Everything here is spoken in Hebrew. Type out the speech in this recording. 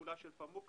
הפעולה של Pamukkale.